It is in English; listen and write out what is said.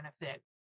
benefit